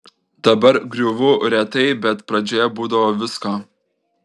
dabar griūvu retai bet pradžioje būdavo visko